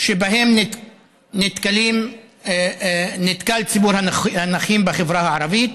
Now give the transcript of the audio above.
שבהם נתקל ציבור הנכים בחברה הערבית,